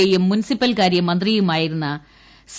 എയും മുൻസിപ്പൽകാരൃ മന്ത്രിയുമായിരുന്ന സി